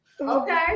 Okay